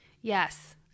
Yes